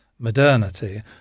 modernity